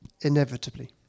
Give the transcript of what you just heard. Inevitably